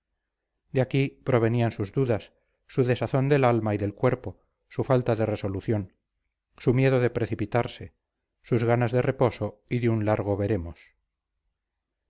de aquí provenían sus dudas su desazón del alma y del cuerpo su falta de resolución su miedo de precipitarse sus ganas de reposo y de un largo veremos